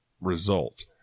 result